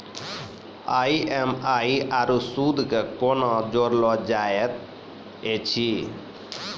EMI आरू सूद कूना जोड़लऽ जायत ऐछि?